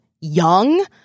young